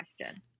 question